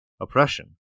oppression